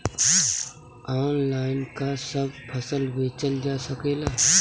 Online का सब फसल बेचल जा सकेला?